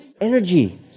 energy